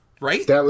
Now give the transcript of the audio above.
Right